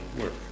work